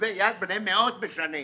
כתבי יד בני מאות בשנים,